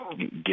get